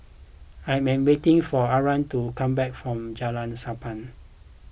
I am waiting for Ari to come back from Jalan Sappan